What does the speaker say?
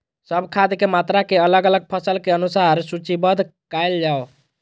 सब खाद के मात्रा के अलग अलग फसल के अनुसार सूचीबद्ध कायल जाओ?